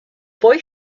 boy